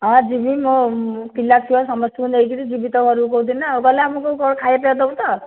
ଅ ଯିବି ମୋ ପିଲା ଛୁଆ ସମସ୍ତଙ୍କୁ ନେଇକରି ଯିବି ତୋ ଘରକୁ କେଉଁ ଦିନ ଆଉ ଗଲେ ଆମକୁ କ'ଣ ଖାଇବା ପିଇବାକୁ ଦେବୁ ତ